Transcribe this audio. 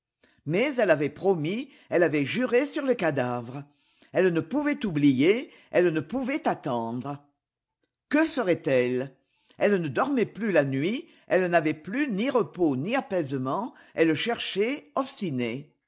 mais elle avait promis elle avait juré sur le cadavre elle ne pouvait oublier elle ne pouvait attendre que ferait-elle elle ne dormait plus la nuit elle n'avait plus ni repos ni apaisement elle cherciiait obstinée